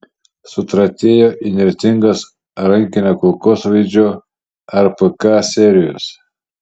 sutratėjo įnirtingos rankinio kulkosvaidžio rpk serijos